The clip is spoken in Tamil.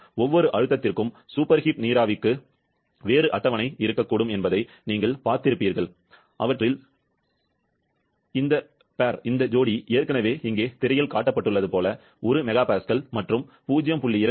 ஒவ்வொரு அழுத்தத்திற்கும் சூப்பர் ஹீட் நீராவிக்கு வேறு அட்டவணை இருக்கக்கூடும் என்பதை நீங்கள் பார்த்திருப்பீர்கள் அவற்றில் ஜோடி ஏற்கனவே இங்கே திரையில் காட்டப்பட்டுள்ளது போல 1 MPa மற்றும் 0